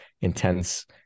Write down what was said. intense